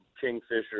kingfisher